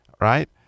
right